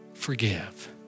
forgive